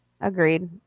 Agreed